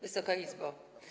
Wysoka Izbo!